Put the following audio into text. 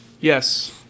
Yes